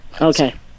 Okay